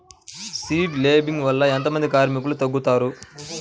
Seed లేంబింగ్ వల్ల ఎంత మంది కార్మికులు తగ్గుతారు?